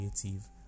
creative